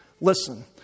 Listen